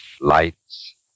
Lights